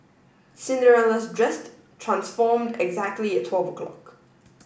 Cinderella's dress transformed exactly at twelve o'clock